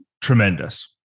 tremendous